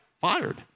fired